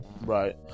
right